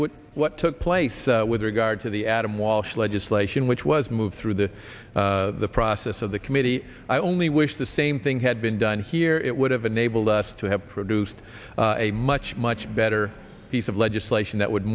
what what took place with regard to the adam walsh legislation which was moved through the process of the committee only wish the same thing had been done here it would have enabled us to have produced a much much better piece of legislation that would